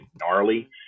Gnarly